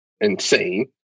insane